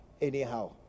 anyhow